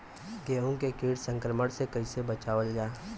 गेहूँ के कीट संक्रमण से कइसे बचावल जा?